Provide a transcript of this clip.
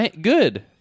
Good